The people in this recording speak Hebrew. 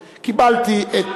התקנון?